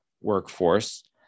workforce